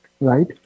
right